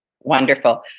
wonderful